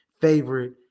favorite